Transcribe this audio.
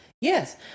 Yes